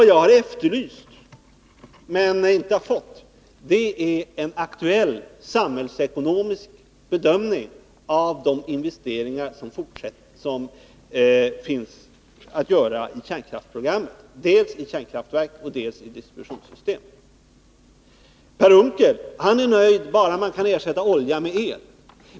Jag har efterlyst men inte fått en aktuell samhällsekonomisk bedömning av de investeringar som finns att göra i kärnkraftsprogrammet — dels i kärnkraftverk, dels i distributionssystem. Per Unckel är nöjd bara man kan ersätta olja med el.